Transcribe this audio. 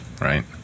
right